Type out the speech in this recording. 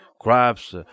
crabs